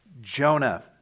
Jonah